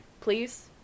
Please